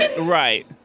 Right